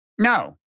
No